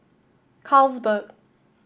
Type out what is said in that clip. Carlsberg